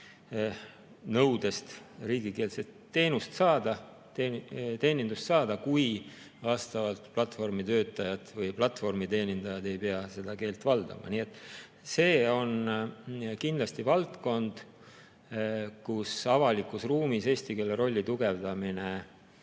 nõudest riigikeelset teenindust saada, kui platvormitöötajad või platvormiteenindajad ei pea seda keelt valdama. Nii et see on kindlasti valdkond, kus avalikus ruumis eesti keele rolli tugevdamine